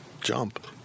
jump